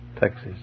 Texas